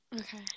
Okay